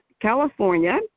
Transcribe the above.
California